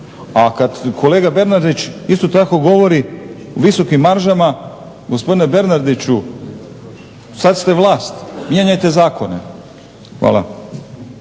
A kad kolega Bernardić isto tako govori o visokim maržama, gospodine Bernardiću sad ste vlast, mijenjajte zakone. Hvala.